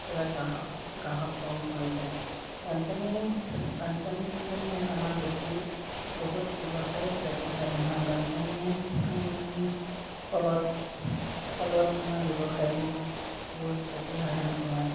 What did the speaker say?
কেতিয়াবা গ্ৰাহক গ্ৰাহক কম হৈ যায় বানপানী চানপানী হ'লে আমাৰ বেছি বহুত ব্যৱসায়ৰ ক্ষতিসাধন হয় বানপানীৰ ফলত আমাৰ ব্যৱসায়বোৰৰ বহুত ক্ষতিসাধন হয়